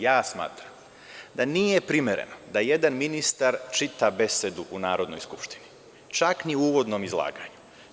Ja smatram da nije primereno da jedan ministar čita besedu u Narodnoj skupštini, čak ni u uvodnom izlaganju.